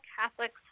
Catholics